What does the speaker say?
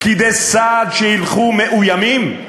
פקידי סעד שהולכים מאוימים?